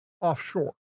offshore